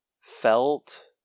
felt